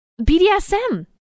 BDSM